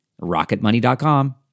RocketMoney.com